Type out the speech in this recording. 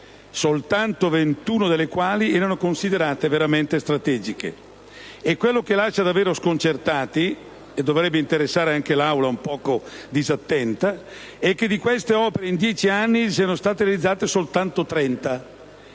soltanto 21 delle quali erano considerate veramente strategiche. Ma quello che lascia davvero sconcertati - e che dovrebbe interessare anche l'Aula un po' disattenta - è che di queste opere, in 10 anni, ne sono state ultimate soltanto 30